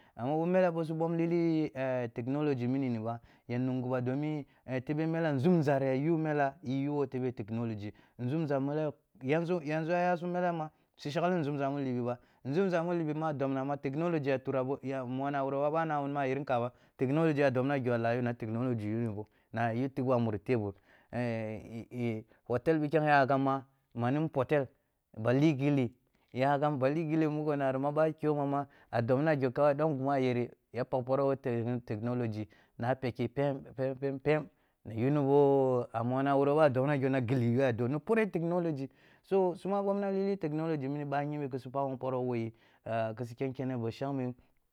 Mele ɓoh su ɓom lili technology mini ni ba ya nungu ba domin tebe mela nzumza ya yu mela ya ya wo technology, nzumza mela ya yu wo technology nzumza yanzu sum mela ma, su shaghli nzumza u libi ba, nzumza mu libi ma dobna technology ya turabo ghi mo no a wuro ba, ɓoh a nama ayar nkabah technology yado nagho dah yo na technology yuni bo na yu tigh bo a muri tabu hotel pikhom yakam ma ni mpitel ba lih ghilli nyakam, ba lih ghi vi muko ma ɓoh a ku’oh bama a dopna gho kawai ɗom ghi mu a yere ya pagh poroh wo tebe ni technology na paghi pem pem, pem, pem, na yuni ɓoh, a mona wuroba a dobna gho na ghilli yu’ah den ni poreh technology so suma ɓomna lili technology ɓah yimbi, ki su pagh wun poroh wo yi bashangme.